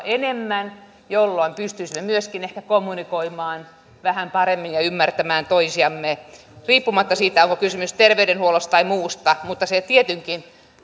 enemmän jolloin pystyisimme ehkä myöskin kommunikoimaan vähän paremmin ja ymmärtämään toisiamme riippumatta siitä onko kysymys terveydenhuollosta vai muusta se tietenkin